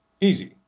Easy